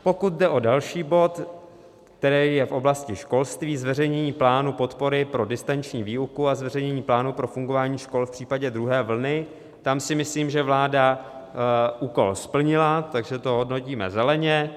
Pokud jde o další bod, který je v oblasti školství, zveřejnění plánu podpory pro distanční výuku a zveřejnění plánu pro fungování škol v případě druhé vlny, tam si myslím, že vláda úkol splnila, takže to hodnotíme zeleně.